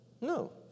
no